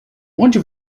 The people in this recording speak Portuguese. onde